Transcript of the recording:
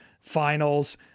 finals